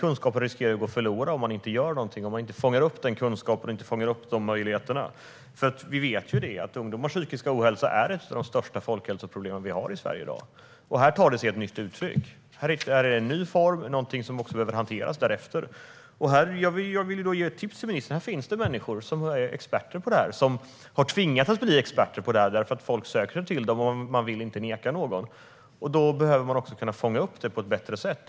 Kunskapen riskerar att gå förlorad om man inte gör något och fångar upp kunskapen och möjligheterna. Vi vet att ungdomars psykiska ohälsa är ett av de största folkhälsoproblem vi har i Sverige i dag. Här tar det sig ett nytt uttryck. Det har en ny form, och det behöver hanteras därefter. Jag vill ge ett tips till ministern: Det finns människor som är experter på detta. De har tvingats att bli det därför att folk söker sig till dem och de inte vill neka någon. Man behöver kunna fånga upp detta på ett bättre sätt.